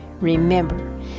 remember